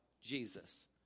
Jesus